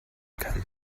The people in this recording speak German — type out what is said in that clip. kann